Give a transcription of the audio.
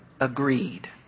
agreed